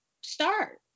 start